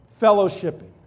fellowshipping